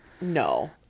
no